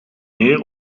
meer